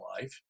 life